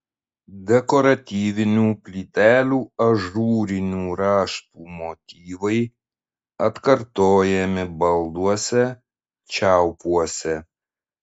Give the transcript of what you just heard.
dekoratyvinių plytelių ažūrinių raštų motyvai atkartojami balduose čiaupuose